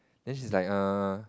then she's like err